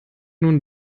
nun